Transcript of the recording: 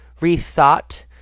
rethought